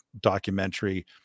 documentary